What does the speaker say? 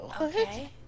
Okay